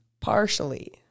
Partially